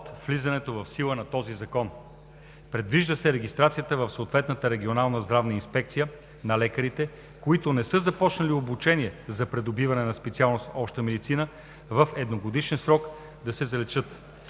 влизането в сила на Закона. Предвижда се регистрацията в съответната регионална здравна инспекция на лекарите, които не са започнали обучение за придобиване на специалност „Обща медицина“ в едногодишния срок, да се заличи.